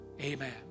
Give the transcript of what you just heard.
amen